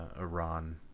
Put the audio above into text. Iran